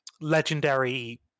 legendary